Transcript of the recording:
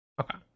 Okay